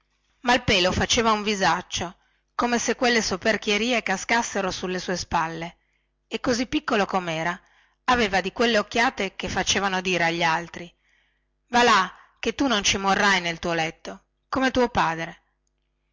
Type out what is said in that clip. brighe malpelo faceva un visaccio come se quelle soperchierie cascassero sulle sue spalle e così piccolo comera aveva di quelle occhiate che facevano dire agli altri va là che tu non ci morrai nel tuo letto come tuo padre